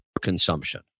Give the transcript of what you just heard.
consumption